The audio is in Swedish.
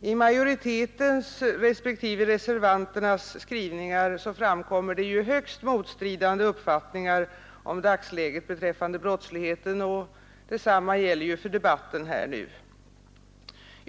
utskottsmajoritetens respektive reservanternas skrivningar framkommer högst motstridande uppfattningar om dagsläget beträffande brottsligheten, och detsamma gäller för den debatt som här har förts.